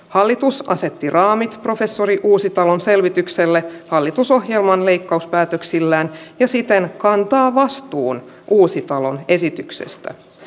hallitus asetti raamit professori uusitalon selvitykselle hallitusohjelman leikkauspäätöksillään ja siitä kantaa vastuun uusitalon esityksestä